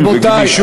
רבותי.